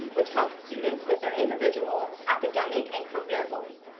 which helps students with their individual, academic, and career goals.